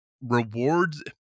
rewards